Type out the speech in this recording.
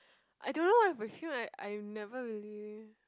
I don't know if we feel like I've never really